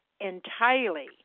entirely